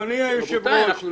רבותי, אנחנו